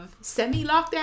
semi-lockdown